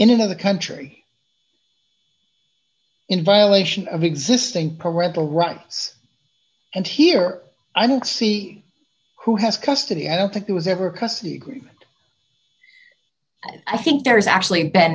in another country in violation of existing parental rights and here i don't see who has custody i don't think there was ever a custody agreement i think there's actually